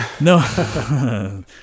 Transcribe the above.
No